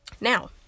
Now